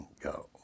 go